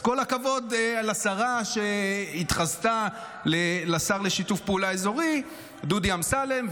אז כל הכבוד לשרה שהתחזתה לשר לשיתוף פעולה אזורי דודי אמסלם,